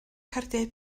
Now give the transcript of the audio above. cardiau